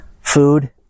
Food